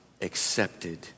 accepted